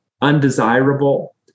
undesirable